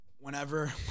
whenever